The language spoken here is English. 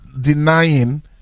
denying